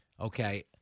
Okay